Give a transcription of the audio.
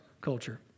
culture